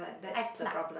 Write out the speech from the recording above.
I pluck